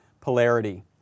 polarity